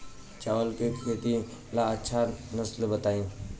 चावल के खेती ला अच्छा नस्ल बताई?